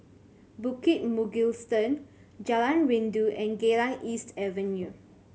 Bukit Mugliston Jalan Rindu and Geylang East Avenue